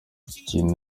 ikindi